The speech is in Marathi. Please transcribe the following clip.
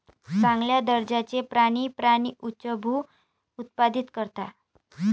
चांगल्या दर्जाचे प्राणी प्राणी उच्चभ्रू उत्पादित करतात